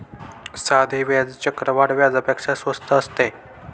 साधे व्याज चक्रवाढ व्याजापेक्षा स्वस्त असते